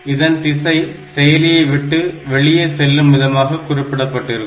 இதன் திசை செயலியை விட்டு வெளியே செல்லும் விதமாக குறிக்கப்பட்டிருக்கும்